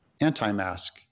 anti-mask